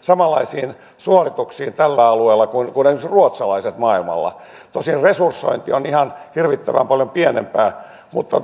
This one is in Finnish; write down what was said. samanlaisiin suorituksiin tällä alueella kuin esimerkiksi ruotsalaiset maailmalla tosiaan resursointi on ihan hirvittävän paljon pienempää